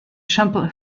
sampl